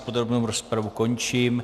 Podrobnou rozpravu končím.